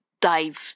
dive